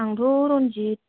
आंथ' रन्जित